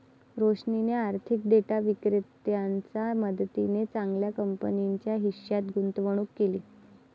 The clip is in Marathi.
रोशनीने आर्थिक डेटा विक्रेत्याच्या मदतीने चांगल्या कंपनीच्या हिश्श्यात गुंतवणूक केली